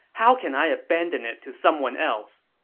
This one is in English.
how can i abandon it to someone else?